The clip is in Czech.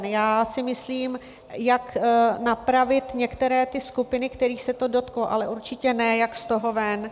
Já si myslím, jak napravit některé skupiny, kterých se to dotklo, ale určitě ne jak z toho ven.